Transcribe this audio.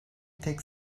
tek